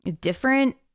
different